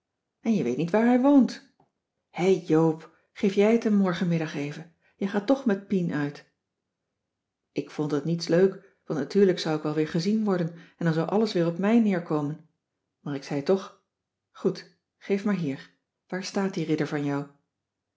en je weet niet waar hij woont hè joop geef jij t hem morgenmiddag even je gaat toch met pien uit ik vond het niets leuk want natuurlijk zou ik wel weer gezien worden en dan zou alles weer op mij neerkomen maar ik zei toch goed geef maar hier waar staat die ridder van jou